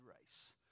race